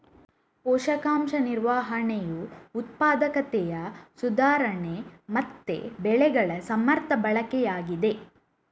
ಪೋಷಕಾಂಶ ನಿರ್ವಹಣೆಯು ಉತ್ಪಾದಕತೆಯ ಸುಧಾರಣೆ ಮತ್ತೆ ಬೆಳೆಗಳ ಸಮರ್ಥ ಬಳಕೆಯಾಗಿದೆ